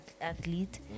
athlete